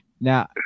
Now